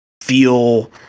feel